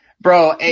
Bro